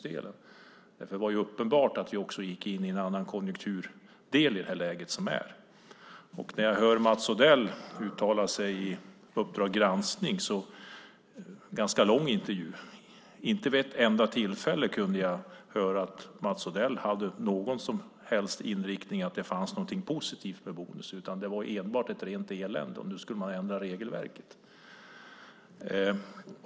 Det var då uppenbart att vi gick in i ett annat konjunkturläge, och när jag hörde Mats Odell uttala sig i en ganska lång intervju i Uppdrag granskning kunde jag inte vid något enda tillfälle höra Mats Odell säga att det fanns något som helst positivt med bonus, utan det var ett rent elände och nu skulle man ändra regelverket.